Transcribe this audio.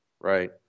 Right